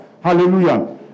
Hallelujah